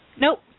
Nope